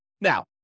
Now